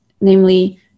Namely